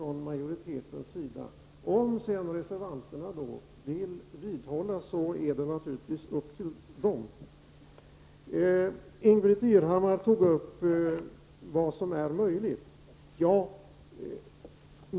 Om sedan reservanterna framhärdar är det naturligtvis upp till dem. Ingbritt Irhammar tog upp vad som är möjligt.